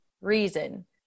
reason